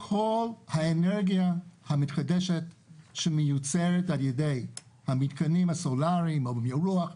כל האנרגיה המתחדשת שמיוצרת על ידי המיתקנים הסולריים או מרוח,